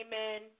Amen